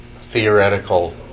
theoretical